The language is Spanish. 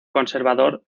conservador